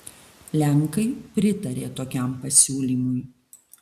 lenkai pritarė tokiam pasiūlymui